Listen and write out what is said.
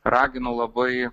raginu labai